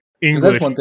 English